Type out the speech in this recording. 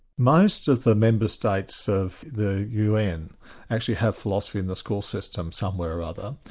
most of the member states of the un actually have philosophy in the school system somewhere or other,